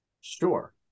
sure